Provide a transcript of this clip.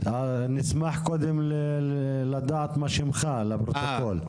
נשמח קודם לדעת מה שמך לפרוטוקול.